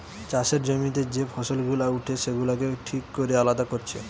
চাষের জমিতে যে ফসল গুলা উঠে সেগুলাকে ঠিক কোরে আলাদা কোরছে